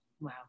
Wow